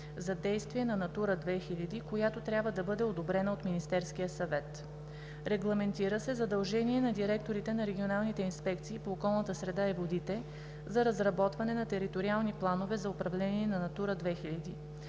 за действие на „Натура 2000“, която трябва да бъде одобрена от Министерския съвет. Регламентира се задължение на директорите на регионалните инспекции по околната среда и водите за разработване на териториални планове за управление на „Натура 2000“.